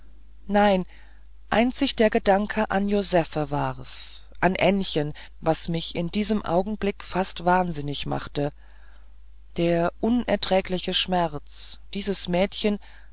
nein einzig der gedanke an josephe war's an ännchen was mich in diesen augenblicken fast wahnsinnig machte der unerträgliche schmerz dieses mädchen